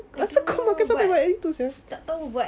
I don't know but tak tahu but